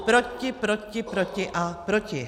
Proti, proti, proti a proti.